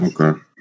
Okay